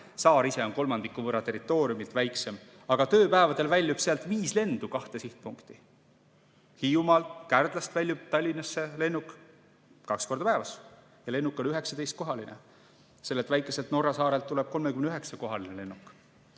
Saar ise on kolmandiku võrra territooriumilt väiksem, aga tööpäevadel väljub sealt viis lendu kahte sihtpunkti. Hiiumaalt Kärdlast väljub Tallinnasse lennuk kaks korda päevas ja lennuk on 19-kohaline. Sellelt väikeselt Norra saarelt tuleb 39-kohaline lennuk.